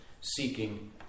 seeking